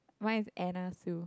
mine is Anna Sue